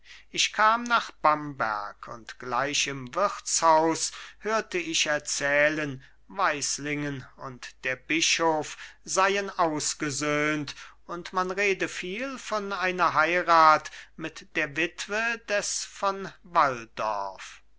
ich kam nach bamberg und gleich im wirtshaus hörte ich erzählen weislingen und der bischof seien ausgesöhnt und man redte viel von einer heirat mit der witwe des von walldorf